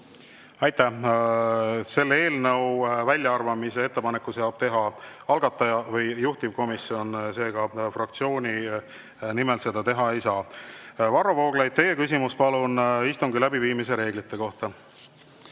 Aitäh! Eelnõu väljaarvamise ettepaneku saab teha algataja või juhtivkomisjon, seega fraktsiooni nimel seda teha ei saa. Varro Vooglaid, palun, teie küsimus istungi läbiviimise reeglite kohta!